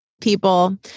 people